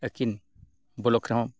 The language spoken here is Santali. ᱟᱹᱠᱤᱱ ᱨᱮᱦᱚᱸ